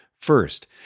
First